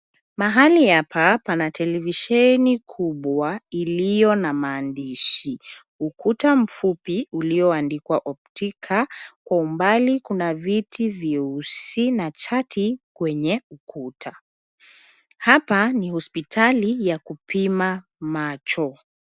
Mahali hapa pana televisheni kubwa iliyo na maandishi. Ukuta mfupi ulioandikwa Optica. Kwa umbali kuna viti vyeusi na chati kwenye ukuta. Hapa ni hospitali ya kupima macho.